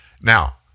Now